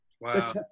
Wow